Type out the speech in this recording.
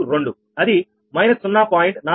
452 అది −0